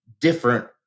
different